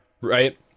Right